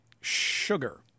sugar